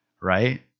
right